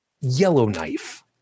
Yellowknife